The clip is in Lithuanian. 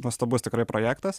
nuostabus tikrai projektas